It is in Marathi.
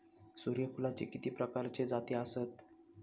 सूर्यफूलाचे किती प्रकारचे जाती आसत?